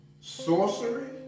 sorcery